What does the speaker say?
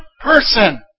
person